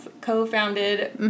co-founded